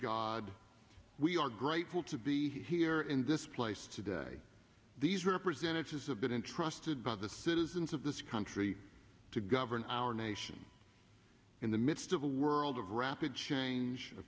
god we are grateful to be here in this place today these representatives of good entrusted by the citizens of this country to govern our nation in the midst of a world of rapid change